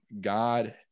God